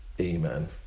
Amen